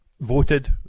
voted